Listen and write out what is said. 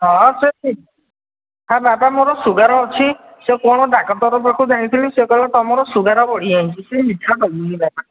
ହଁ ସେ ମିଠା ବାବା ମୋର ସୁଗାର ଅଛି ସେ କ'ଣ ଡାକ୍ତର ପାଖକୁ ଯାଇଥିଲି ସେ କହିଲା ତୁମର ସୁଗାର ବଢ଼ିଯାଇଛି ସେ ମିଠା ଦେବୁନି ବାପା